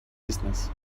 business